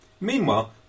Meanwhile